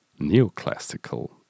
neoclassical